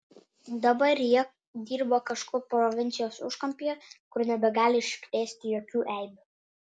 dabar jie dirba kažkur provincijos užkampyje kur nebegali iškrėsti jokių eibių